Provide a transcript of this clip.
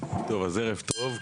ערב טוב.